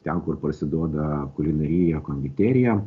ten kur parsiduoda kulinarija konditerija